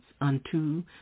unto